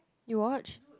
you watched